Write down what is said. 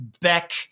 Beck